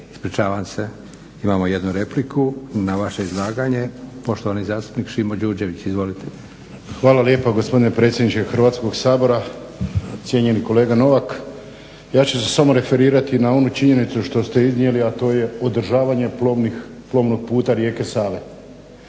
ispričavam se imamo jednu repliku na vaše izlaganje, poštovani zastupnik Šimo Đurđević. Izvolite. **Đurđević, Šimo (HDZ)** Hvala lijepa poštovani gospodine predsjedniče Hrvatskog sabora. Cijenjeni kolega Novak, ja ću se samo referirati na onu činjenicu što ste iznijeli a to je održavanje plovnog puta rijeke Save.